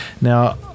Now